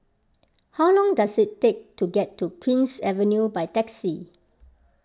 how long does it take to get to Queen's Avenue by taxi